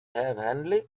handled